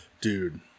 Dude